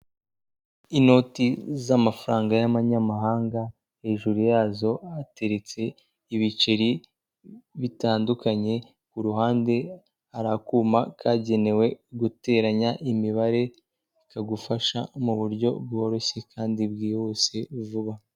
Inoti z'amafaranga y'amanyamahanga, hejuru yazo hateretse ibiceri bitandukanye, ku ruhande hari akuma kagenewe guteranya imibare, kagufasha mu buryo bworoshye kandi bwihuse vuba.